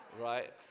right